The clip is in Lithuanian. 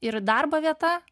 ir darbo vieta